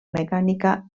mecànica